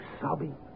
sobbing